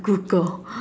Google